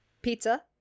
Pizza